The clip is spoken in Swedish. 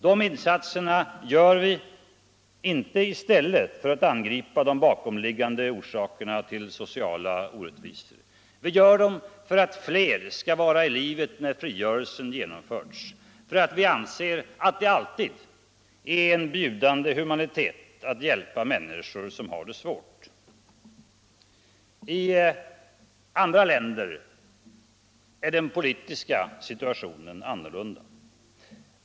De insatserna gör vi inte i stället för att angripa de bakomliggande orsakerna till sociala orättvisor, utan vi gör dem för att fler skall vara i livet när frigörelsen genomförts och för att vi anser att det alltid är en bjudande humanitet att hjälpa människor som har det svårt. I andra länder är den politiska situationen annorlunda.